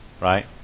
Right